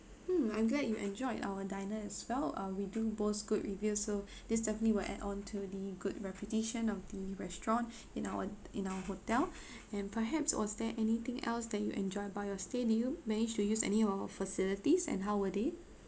mm I'm glad you enjoyed our diners as well uh we do boast good review so this definitely will add on to the good reputation of the restaurant in our in our hotel and perhaps was there anything else that you enjoyed about your stay did you manage to use any of our facilities and how were they